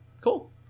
cool